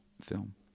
film